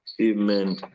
Amen